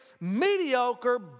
mediocre